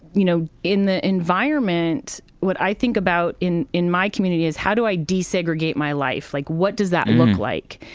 you know, in the environment what i think about in in my community is, how do i desegregate my life? like, what does that look like?